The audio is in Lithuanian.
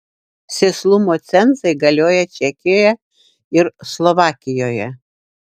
sėslumo cenzai galioja čekijoje ir slovakijoje